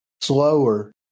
slower